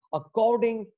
according